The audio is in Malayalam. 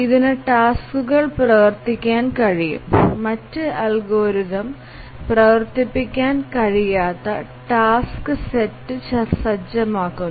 ഇതിന് ടാസ്ക്കുകൾ പ്രവർത്തിപ്പിക്കാൻ കഴിയും മറ്റ് അൽഗോരിതം പ്രവർത്തിപ്പിക്കാൻ കഴിയാത്ത ടാസ്ക് സെറ്റ് സജ്ജമാക്കുക